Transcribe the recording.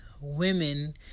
women